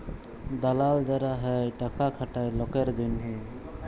দালাল যারা হ্যয় টাকা খাটায় লকের জনহে